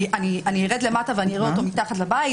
אני ארד למטה ואני אראה אותו מתחת לבית?